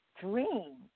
dream